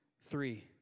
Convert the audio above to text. three